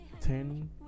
ten